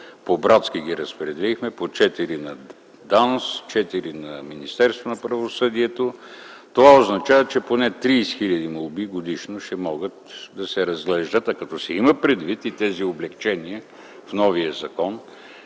петък ги разпределихме по братски – 4 за ДАНС, 4 за Министерството на правосъдието. Това означава, че поне 30 хиляди молби годишно ще могат да се разглеждат. Като се имат предвид и облекченията в новия закон